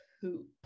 poop